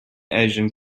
asian